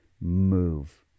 move